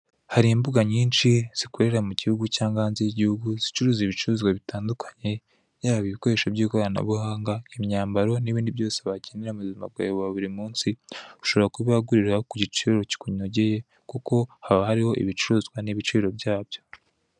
Hari imbuga nyinshi zikorera mu gihugu cyangwa hanze y'igihugu, zicuruza ibicuruzwa bitandukanye yaba ibikoresho by'ikoranabuhanga, imyambaro n'ibindi byose wakenera mu buzima bwawe bwa buri munsi, ushobora kubihagurira ku giciro kikunogeye kuko haba hariho ibicuruzwa n'ibiciro byabyo.